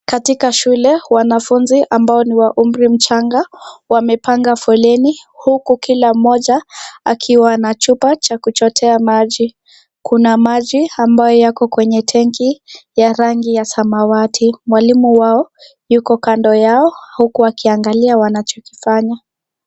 Katika shule, wanafunzi, ambao ni wa umri mchanga, wamepanga foleni huku kila moja akiwa na chupa, cha kuchotea maji, kuna maji ambayo yako kwenye tenki, ya rangi ya samawati, mwalimu wao, yuko kando yao, huku akiangalia wanachokifanya.